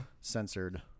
censored